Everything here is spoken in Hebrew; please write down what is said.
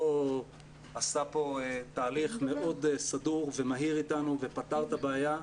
הוא עשה פה תהליך מאוד סדור ומהיר איתנו ופתר את הבעיה.